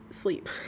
sleep